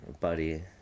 buddy